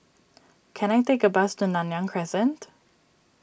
can I take a bus to Nanyang Crescent